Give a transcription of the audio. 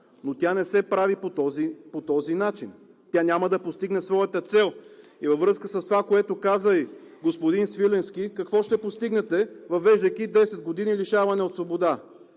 но тя не се прави по този начин, Тя няма да постигне своята цел. И във връзка с това, което каза и господин Свиленски, какво ще постигнете, въвеждайки 10 години лишаване от свобода?